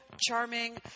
charming